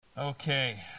okay